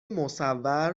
مصور